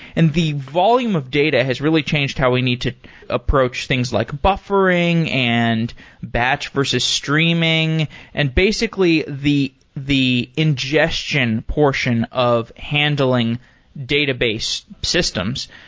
and the volume of data has really changed how we need to approach things like buffering and batch versus streaming and basically, the ingestion ingestion portion of handling database systems.